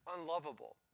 unlovable